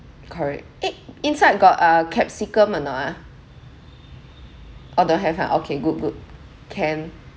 correct eh inside got uh capsicum or not ah orh don't have ah okay good good can